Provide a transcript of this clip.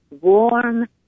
warm